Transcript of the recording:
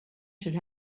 should